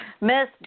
Miss